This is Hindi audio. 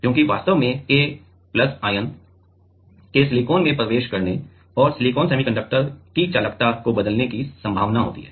क्योंकि वास्तव में K आयन के सिलिकॉन में प्रवेश करने और सिलिकॉन सेमीकंडक्टर की चालकता को बदलने की संभावना है